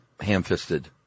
ham-fisted